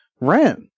rent